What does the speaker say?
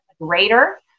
greater